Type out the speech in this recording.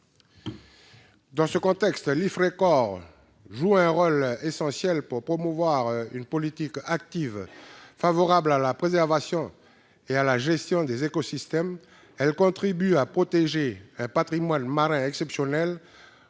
les récifs coralliens, joue un rôle essentiel pour promouvoir une politique active favorable à la préservation et à la gestion des écosystèmes. Elle contribue à protéger un patrimoine marin exceptionnel